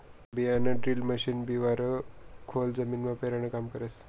बियाणंड्रील मशीन बिवारं खोल जमीनमा पेरानं काम करस